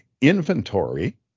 Inventory